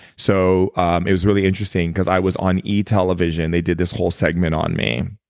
so um it was really interesting because i was on e television. they did this whole segment on me.